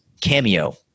Cameo